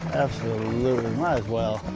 absolutely. might as well.